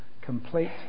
Complete